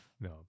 No